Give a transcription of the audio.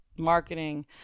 marketing